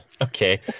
okay